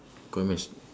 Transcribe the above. aquaman is